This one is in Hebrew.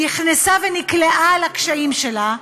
נכנסה ונקלעה לקשיים שלה,